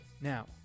Now